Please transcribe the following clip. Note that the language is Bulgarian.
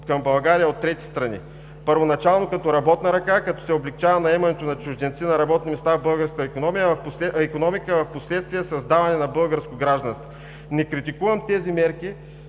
към България от трети страни първоначално като работна ръка, като се облекчава наемането на чужденци на работни места в българската икономика, а впоследствие с даване на българско гражданство. Не критикувам тези мерки,